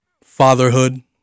fatherhood